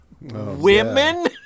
women